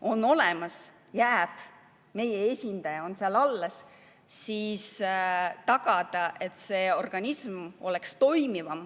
on olemas, meie esindaja on seal alles. Tuleks tagada, et see organism oleks toimivam,